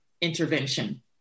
intervention